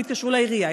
הם התקשרו לעירייה,